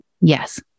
Yes